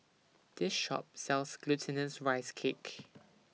This Shop sells Glutinous Rice Cake